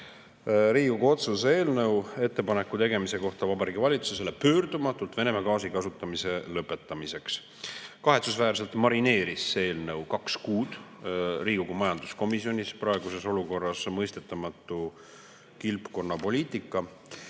Riigikogu otsuse "Ettepaneku tegemine Vabariigi Valitsusele pöördumatult Venemaa gaasi kasutamise lõpetamiseks" eelnõu. Kahetsusväärselt marineeris see eelnõu kaks kuud Riigikogu majanduskomisjonis – praeguses olukorras mõistetamatu kilpkonnapoliitika.